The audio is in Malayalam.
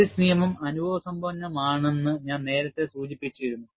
പാരീസ് നിയമം അനുഭവസമ്പന്നമാണെന്ന് ഞാൻ നേരത്തെ സൂചിപ്പിച്ചിരുന്നു